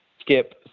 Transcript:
skip